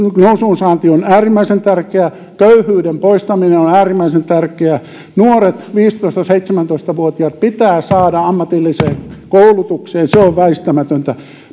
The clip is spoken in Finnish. nousuun saanti on äärimmäisen tärkeää köyhyyden poistaminen on on äärimmäisen tärkeää nuoret viisitoista viiva seitsemäntoista vuotiaat pitää saada ammatilliseen koulutukseen se on väistämätöntä